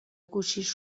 گوشیش